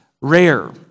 rare